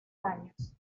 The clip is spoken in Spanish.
años